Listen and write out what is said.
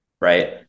right